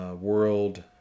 world